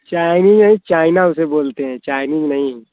Chinese नहीं China से बोलते हैं चाइनीज नहीं